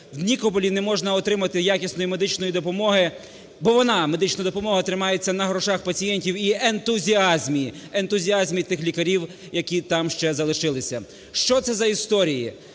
В Нікополі не можна отримати якісної медичної допомоги, бо вона, медична допомога, тримається на грошах пацієнтів і ентузіазмі, ентузіазмі тих лікарів, які там ще залишилися. Що це за історії?